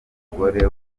umugore